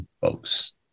folks